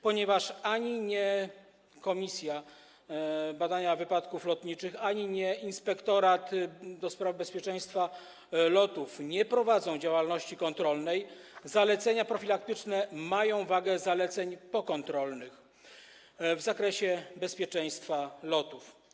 Ponieważ ani Komisja Badania Wypadków Lotniczych, ani Inspektorat do spraw Bezpieczeństwa Lotów nie prowadzą działalności kontrolnej, zalecenia profilaktyczne mają wagę zaleceń pokontrolnych w zakresie bezpieczeństwa lotów.